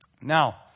Now